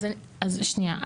אז שנייה,